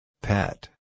Pet